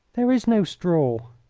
there is no straw.